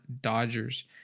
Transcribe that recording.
Dodgers